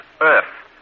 Earth